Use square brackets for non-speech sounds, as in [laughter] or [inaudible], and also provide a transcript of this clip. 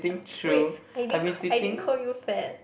[laughs] wait I didn't ca~ I didn't call you fat